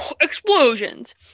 explosions